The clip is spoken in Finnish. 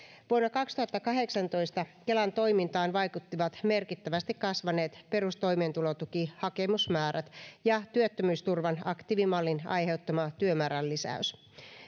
vuonna kaksituhattakahdeksantoista kelan toimintaan vaikuttivat merkittävästi kasvaneet perustoimeentulotukihakemusmäärät ja työttömyysturvan aktiivimallin aiheuttama työmäärän lisäys